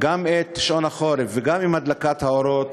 את שעון החורף עם הדלקת האורות,